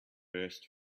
first